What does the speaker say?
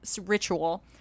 ritual